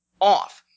off